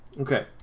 Okay